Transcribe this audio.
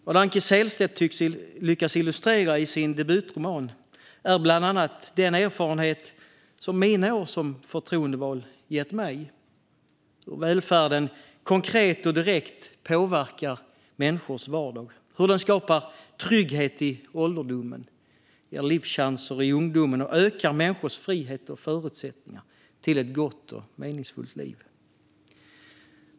Det Anki Sehlstedt lyckas illustrera i sin debutroman är bland annat den erfarenhet som mina år som förtroendevald har gett mig om hur välfärden konkret och direkt påverkar människors vardag - hur den skapar trygghet i ålderdomen, ger livschanser i ungdomen samt ökar människors frihet och förbättrar deras förutsättningar för ett gott och meningsfullt liv.